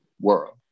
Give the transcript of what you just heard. world